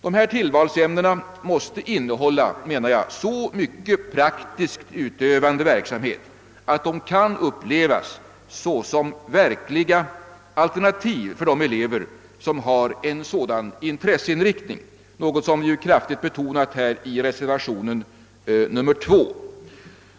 Dessa tillvalsämnen måste innehålla så mycket praktiskt utövande verksamhet, att de kan upplevas såsom verkliga alternativ för de elever som har en sådan intresseinriktning, något som vi kraftigt betonat i reservationen 2.